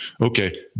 Okay